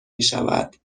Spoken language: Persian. میشود